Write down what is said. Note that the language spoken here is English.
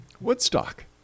Woodstock